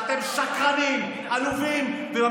שתהיה לי זכות תגובה,